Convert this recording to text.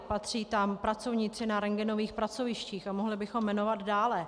Patří tam pracovníci na rentgenových pracovištích a mohli bychom jmenovat dále.